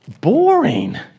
boring